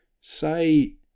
Say